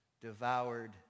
devoured